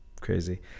crazy